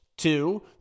Two